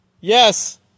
yes